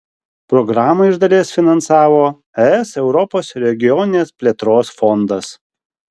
programą iš dalies finansavo es europos regioninės plėtros fondas